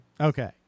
Okay